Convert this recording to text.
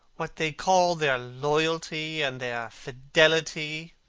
what they call their loyalty, and their fidelity,